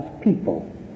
people